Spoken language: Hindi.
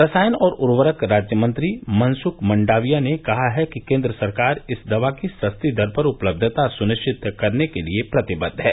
रसायन और उर्वरक राज्य मंत्री मनसुख मंडाविया ने कहा है कि केंद्र सरकार इस दवा की सस्ती दर पर उपलब्धता सुनिश्चित करने के लिए प्रतिबद्ध है